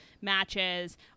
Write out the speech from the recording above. matches